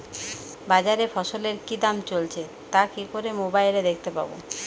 বাজারে ফসলের কি দাম চলছে তা কি করে মোবাইলে দেখতে পাবো?